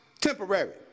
temporary